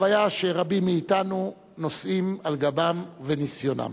החוויה שרבים מאתנו נושאים על גבם וניסיונם.